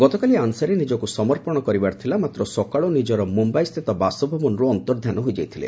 ଗତକାଲି ଆନସାରୀ ନିଜକୁ ସମର୍ପଣ କରିଥିବାର ଥିଲା ମାତ୍ର ସକାଳୁ ନିଜର ମୁମ୍ବାଇ ସ୍ଥିତ ବାସଭବନରୁ ଅର୍ନ୍ତଧ୍ୟାନ ହୋଇଯାଇଥିଲେ